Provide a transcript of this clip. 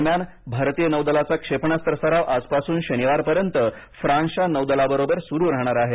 दरम्यान भारतीय नौदलाचा क्षेपणास्त्र सराव आजपासून शनिवारपर्यंत फ्रान्सच्या नौदलाबरोबर सुरु राहणार आहे